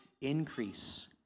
increase